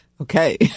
Okay